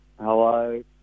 hello